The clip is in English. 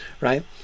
right